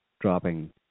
dropping